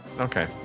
Okay